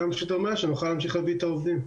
כמה שיותר מהר שנוכל להמשיך להביא את העובדים.